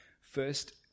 First